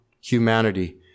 humanity